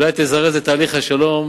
2. מדוע לא תקיים תהליך גלוי ופתוח?